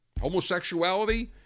homosexuality